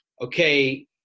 okay